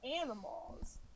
animals